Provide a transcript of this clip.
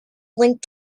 linked